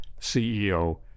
CEO